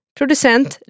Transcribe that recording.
Producent